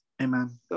Amen